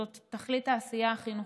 זאת תכלית העשייה החינוכית.